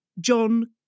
John